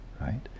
right